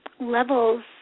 levels